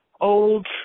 old